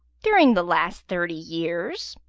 during the last thirty years.